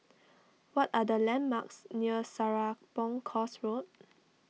what are the landmarks near Serapong Course Road